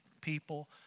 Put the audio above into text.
people